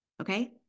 Okay